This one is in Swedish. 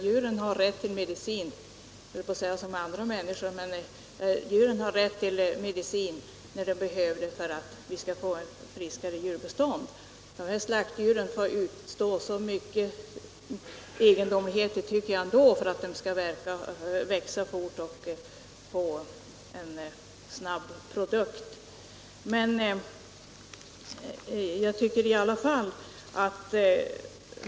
Djuren har rätt till medicin när de behöver för att det skall bli ett friskare djurbestånd. Slaktdjuren får ändå utstå så mycket egendomligheter, tycker jag, för att de skall växa fort och vi skall få en snabbt framställd produkt.